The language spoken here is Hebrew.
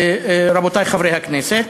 רבותי חברי הכנסת.